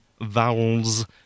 vowels